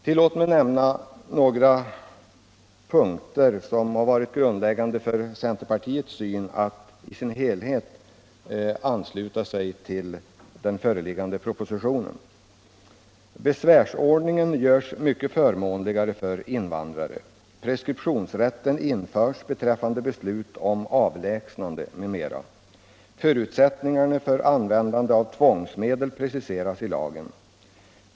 Tillåt mig nämna några punkter som har varit grundläggande för centerpartiets inställning att helt ansluta sig till den föreliggande propositionen. Besvärsordningen görs mycket förmånligare för invandrare. Preskriptionsrätt införs beträffande beslut om avlägsnande m.m. Förutsättningarna för användande av tvångsmedel preciseras i lagen.